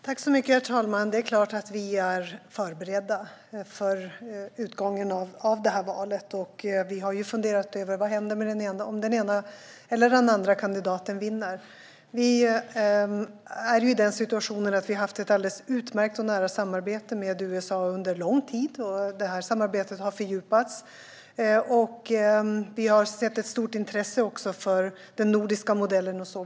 Herr talman! Det är klart att vi är förberedda för utgången av detta val. Vi har funderat över vad som händer om den ena eller den andra kandidaten vinner. Vi är i den situationen att vi har haft ett alldeles utmärkt och nära samarbete med USA under lång tid, och detta samarbete har fördjupats. Vi har sett ett stort intresse för den nordiska modellen.